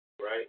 Right